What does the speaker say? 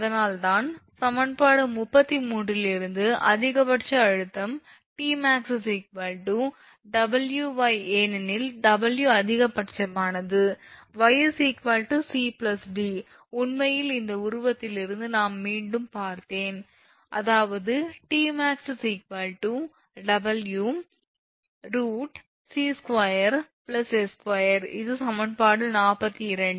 அதனால்தான் சமன்பாடு 33 இலிருந்து அதிகபட்ச அழுத்தம் 𝑇𝑚𝑎𝑥 𝑊𝑦 ஏனெனில் 𝑦 அதிகபட்சமானது 𝑦 𝑐𝑑 உண்மையில் இந்த உருவத்திலிருந்து நாம் மீண்டும் பார்த்தேன் அதாவது 𝑇𝑚𝑎𝑥 𝑊√𝑐2𝑠2 இது சமன்பாடு 42